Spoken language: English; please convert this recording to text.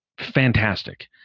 Fantastic